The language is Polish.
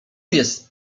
jest